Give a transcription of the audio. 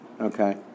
Okay